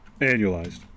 Annualized